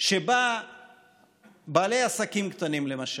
שבה בעלי עסקים קטנים למשל,